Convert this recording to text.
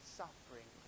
suffering